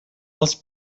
els